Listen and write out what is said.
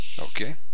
Okay